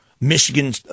Michigan